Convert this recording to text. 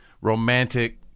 romantic